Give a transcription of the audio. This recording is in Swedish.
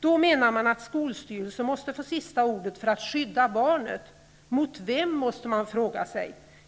Då menar man att skolstyrelsen måste få sista ordet för att skydda barnet. Mot vem, måste man fråga sig.